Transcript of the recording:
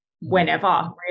whenever